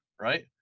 right